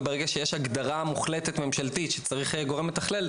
וברגע שיש הגדרה מוחלטת ממשלתית שצריך גורם מתכלל,